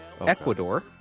Ecuador